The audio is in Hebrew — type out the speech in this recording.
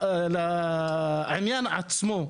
ולעניין עצמו,